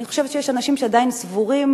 אני חושבת שיש אנשים שעדיין סבורים,